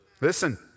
Listen